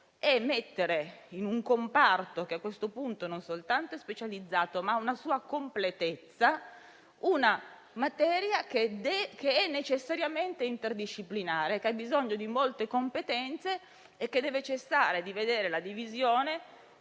mettere in un comparto, che non soltanto è specializzato, ma ha una sua completezza, una materia che è necessariamente interdisciplinare, che ha bisogno di molte competenze e per cui deve cessare la divisione